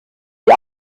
die